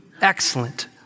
excellent